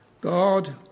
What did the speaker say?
God